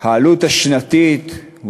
העלות השנתית שלה,